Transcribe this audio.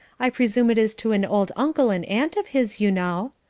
i presume it is to an old uncle and aunt of his, you know,